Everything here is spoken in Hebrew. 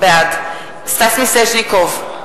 בעד סטס מיסז'ניקוב,